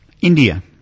India